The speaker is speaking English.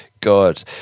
God